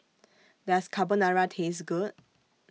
Does Carbonara Taste Good